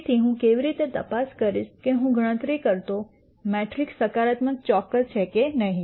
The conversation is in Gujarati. તેથી હું કેવી રીતે તપાસ કરીશ કે હું ગણતરી કરતો મેટ્રિક્સ સકારાત્મક ચોક્કસ છે કે નહીં